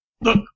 Look